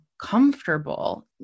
comfortable